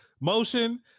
Motion